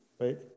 right